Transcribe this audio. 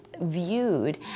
viewed